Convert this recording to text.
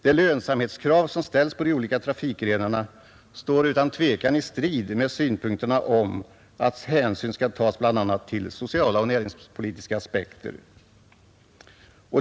De lönsamhetskrav som ställs på de olika trafikgrenarna står utan tvivel i strid med synpunkterna om att hänsyn skall tas bl.a. till sociala och näringspolitiska aspekter.